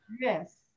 yes